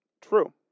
True